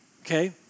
okay